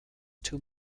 too